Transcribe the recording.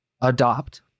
adopt